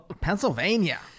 Pennsylvania